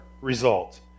result